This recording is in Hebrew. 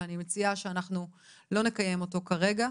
אבל אני מציעה שאנחנו לא נקיים אותו כרגע,